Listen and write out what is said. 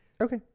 Okay